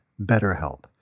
BetterHelp